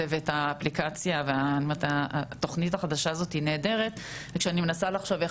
ואת האפליקציה והתוכנית החדשה הזאת היא נהדרת וכשאני מנסה לחשוב איך